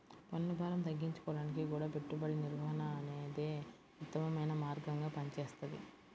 పన్నుభారం తగ్గించుకోడానికి గూడా పెట్టుబడి నిర్వహణ అనేదే ఉత్తమమైన మార్గంగా పనిచేస్తది